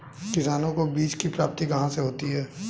किसानों को बीज की प्राप्ति कहाँ से होती है?